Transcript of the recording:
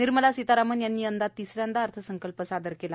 निर्मला सीतारामन यांनी यंदा तिसऱ्यांदा अर्थसंकल्प सादर केला